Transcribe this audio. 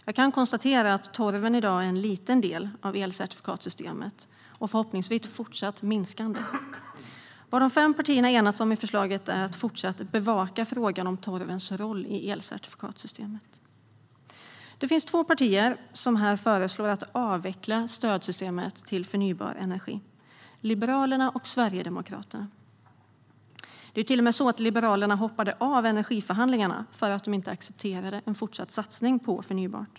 Jag kan konstatera att torven i dag är en liten del av elcertifikatssystemet och förhoppningsvis fortsatt minskande. Vad de fem partierna enats om i förslaget är att fortsatt bevaka frågan om torvens roll i elcertifikatssystemet. Det finns två partier som här föreslår att avveckla stödsystemet till förnybar energi - Liberalerna och Sverigedemokraterna. Det är till och med så att Liberalerna hoppade av energiförhandlingarna för att de inte accepterade en fortsatt satsning på förnybart.